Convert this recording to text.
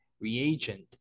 reagent